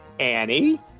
Annie